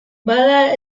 bada